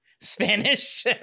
Spanish